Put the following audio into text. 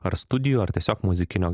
ar studijų ar tiesiog muzikinio